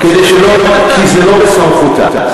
כי זה לא בסמכותה.